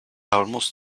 almost